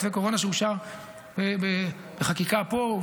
מתווה הקורונה אושר בחקיקה פה,